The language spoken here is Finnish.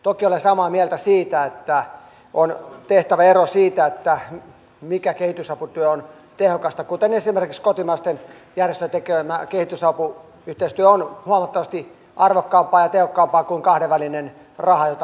toki olen samaa mieltä siitä että on tehtävä ero siinä mikä kehitysaputyö on tehokasta kuten esimerkiksi kotimaisten järjestöjen tekemä kehitysapuyhteistyö on huomattavasti arvokkaampaa ja tehokkaampaa kuin kahdenvälinen raha jota annetaan maailmalle